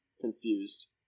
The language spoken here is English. confused